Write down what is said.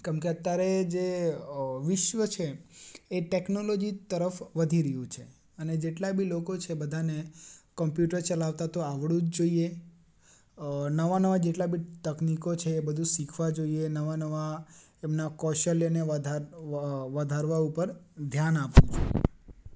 કેમકે અતારે જે વિશ્વ છે એ ટેકનોલોજી તરફ વધી રહ્યું છે અને જેટલા બી લોકો છે બધાને કમ્પ્યુટર ચલાવતા તો આવડવું જ જોઈએ નવા નવા જેટલા બી તકનિકો છે એ બધું શીખવા જોઈએ નવા નવા એમના કૌશલ્યને વધા વધારવા ઉપર ધ્યાન આપવું જોઈએ